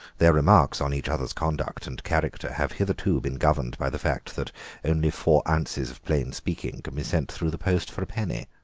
their remarks on each other's conduct and character have hitherto been governed by the fact that only four ounces of plain speaking can be sent through the post for a penny.